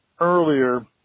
earlier